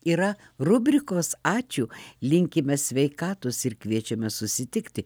yra rubrikos ačiū linkime sveikatos ir kviečiame susitikti